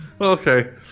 Okay